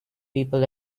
people